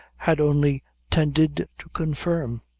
had only tended to confirm.